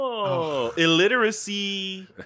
Illiteracy